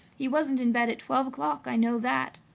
he wasn't in bed at twelve o'clock i know that.